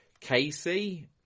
Casey